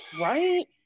right